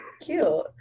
cute